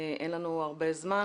אין לנו הרבה זמן.